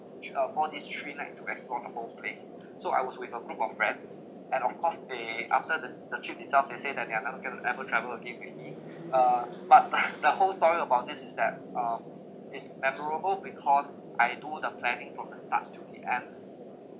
three uh four days three night to explore the whole place so I was with a group of friends and of course they after the the trip itself they say that they are not going to ever travel again with me uh but but the whole story about this is that um is memorable because I do the planning from the start to the end